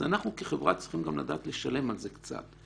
אז אנחנו כחברה צריכים גם לדעת לשלם על זה קצת.